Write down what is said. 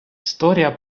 історія